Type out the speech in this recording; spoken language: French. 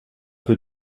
peu